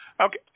Okay